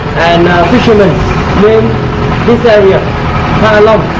firshermen name this area halong